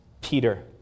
Peter